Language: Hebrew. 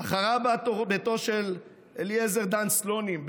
"אחריו בא תור ביתו של אליעזר דן סלונים.